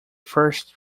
first